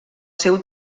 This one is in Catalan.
seu